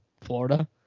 florida